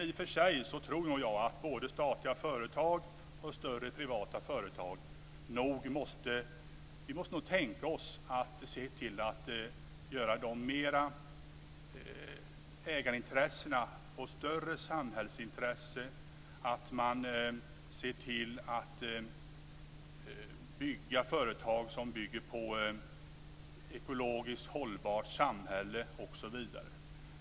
I och för sig tror jag att vi nog måste tänka oss att låta samhällsintresset blir större för både statliga företag och större privata och att man ser till företagen bygger på ett ekologiskt hållbart samhälle osv.